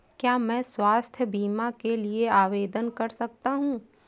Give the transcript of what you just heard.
क्या मैं स्वास्थ्य बीमा के लिए आवेदन कर सकता हूँ?